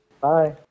Bye